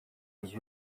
was